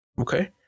Okay